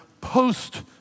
post